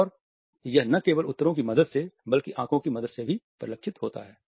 और यह न केवल उत्तरों की मदद से बल्कि आंखों की मदद से भी परिलक्षित होता है